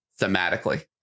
thematically